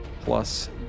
plus